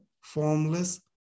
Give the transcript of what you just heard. formless